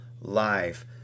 life